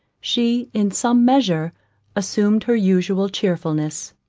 she in some measure assumed her usual cheerfulness.